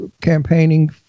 campaigning